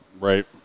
right